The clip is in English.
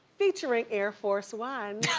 featuring air force one,